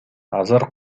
азыр